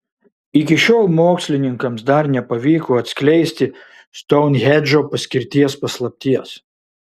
iki šiol mokslininkams dar nepavyko atskleisti stounhendžo paskirties paslapties